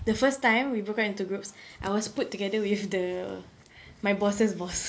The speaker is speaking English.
the first time we broke up into groups I was put together with the my boss's boss